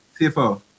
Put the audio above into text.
cfo